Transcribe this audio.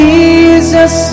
Jesus